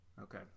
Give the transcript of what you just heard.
Okay